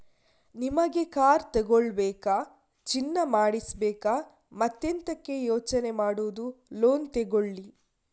ನಿಮಿಗೆ ಕಾರ್ ತಗೋಬೇಕಾ, ಚಿನ್ನ ಮಾಡಿಸ್ಬೇಕಾ ಮತ್ತೆಂತಕೆ ಯೋಚನೆ ಮಾಡುದು ಲೋನ್ ತಗೊಳ್ಳಿ